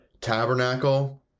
tabernacle